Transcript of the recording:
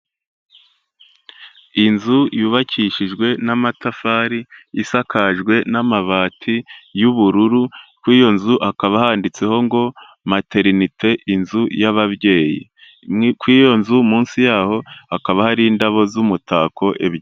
Inzu yubakishijwe n'amatafari, isakajwe n'amabati y'ubururu, kuri iyo nzu hakaba handitseho ngo materinite inzu y'ababyeyi, kuri iyo nzu munsi yaho hakaba hari indabo z'umutako ebyiri.